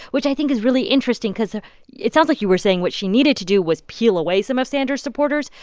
which i think is really interesting because ah it sounds like you were saying what she needed to do was peel away some of sanders' supporters,